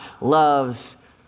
loves